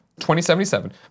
2077